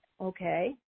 okay